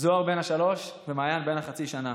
זוהר בן השלוש ומעיין בן החצי שנה,